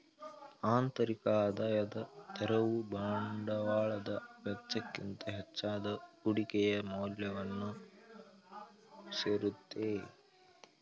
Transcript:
ಆಂತರಿಕ ಆದಾಯದ ದರವು ಬಂಡವಾಳದ ವೆಚ್ಚಕ್ಕಿಂತ ಹೆಚ್ಚಾದಾಗ ಕುಡಿಕೆಯ ಮೌಲ್ಯವನ್ನು ಸೇರುತ್ತೆ